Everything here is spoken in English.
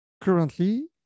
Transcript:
currently